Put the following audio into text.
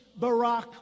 Barack